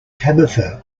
tabitha